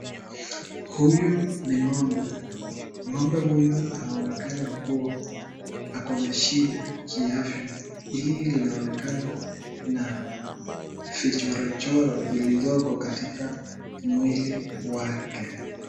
Huyu ni ngombe, ngombe huyu anaonekana kuwa, ako na shida kiafya, hii linaonekana na vichorochoro zilizoko katika mwili wake.